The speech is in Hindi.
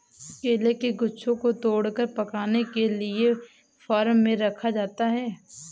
केले के गुच्छों को तोड़कर पकाने के लिए फार्म में रखा जाता है